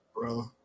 Bro